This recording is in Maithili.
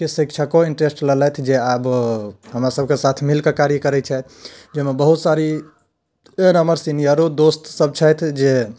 कि शिक्षको इन्टरेस्ट लेलथि कि जे आबऽ हमरा सभकऽ साथ मिलकऽ कार्य करैत छथि जाहिमे बहुत सारी हमर सीनियरो दोस्त सभ छथि जे